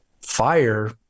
fire